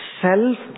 self